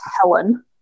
helen